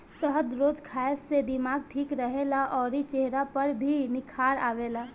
शहद रोज खाए से दिमाग ठीक रहेला अउरी चेहरा पर भी निखार आवेला